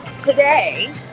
today